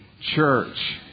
church